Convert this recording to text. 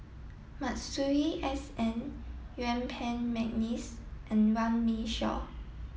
Masuri S N Yuen Peng McNeice and Runme Shaw